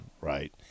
right